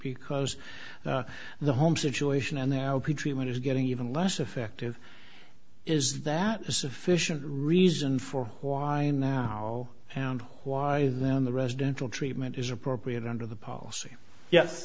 because the home situation and their treatment is getting even less effective is that a sufficient reason for why now and why then the residential treatment is appropriate under the policy yes